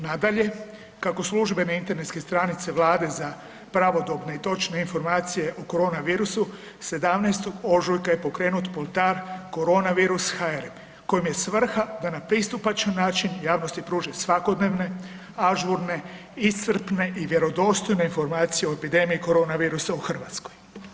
Nadalje, kako službene internetske stranice Vlade za pravodobne i točne informacije o korona virusu, 17. ožujka je pokrenut portal korona virus HR, kojem je svrha da na pristupačan način javnosti pruži svakodnevne, ažurne, iscrpne i vjerodostojne informacije o epidemija korona virusa u Hrvatskoj.